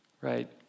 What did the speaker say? Right